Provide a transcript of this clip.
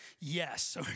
Yes